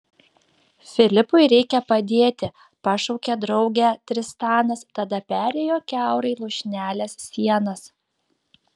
filipui reikia padėti pašaukė draugę tristanas tada perėjo kiaurai lūšnelės sienas